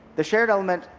the shared element